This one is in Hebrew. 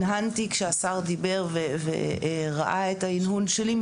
הנהנתי כשהשר דיבר וראה את ההנהון שלי,